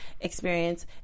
experience